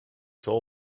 soul